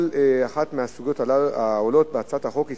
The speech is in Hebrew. כל אחת מהסוגיות העולות בהצעת החוק היא